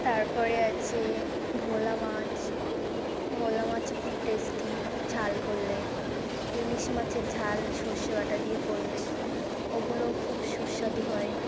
তার পরে আছে ভোলা মাছ ভোলা মাছও খুব টেস্টি ঝাল করলে ইলিশ মাছের ঝাল সর্ষে বাটা দিয়ে করলে ওগুলো খুব সুস্বাদু হয়